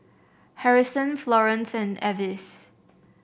Harrison Florance and Avis